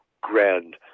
grand